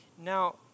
Now